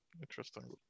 Interesting